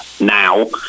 now